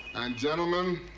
and, gentlemen,